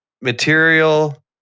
material